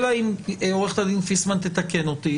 אלא אם עורכת הדין פיסמן תתקן אותי,